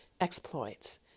Exploits